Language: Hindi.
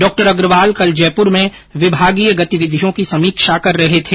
डॉ अग्रवाल कल जयपुर में विभागीय गतिविधियों की समीक्षा कर रहे थे